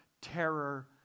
terror